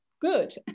good